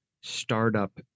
startup